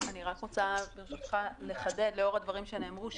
אני רק רוצה, ברשותך, לחדד לאור הדברים שנאמרו,